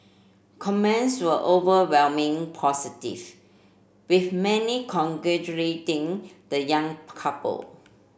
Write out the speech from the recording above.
comments were overwhelming positive with many congratulating the young couple